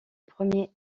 premier